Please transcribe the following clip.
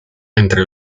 entre